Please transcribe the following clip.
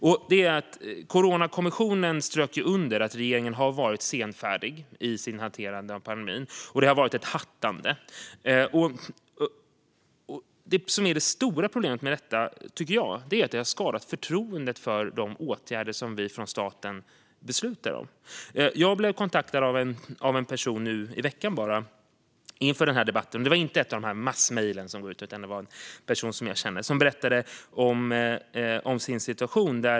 Coronakommissionen strök ju under att regeringen har varit senfärdig i sin hantering av pandemin. Det har varit ett hattande. Det stora problemet med detta, tycker jag, är att det har skadat förtroendet för de åtgärder som vi från staten beslutar om. Jag blev kontaktad av en person nu i veckan inför den här debatten. Det var inte ett av massmejlen som går ut, utan det var en person som jag känner som berättade om sin situation.